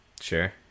sure